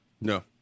No